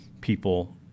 people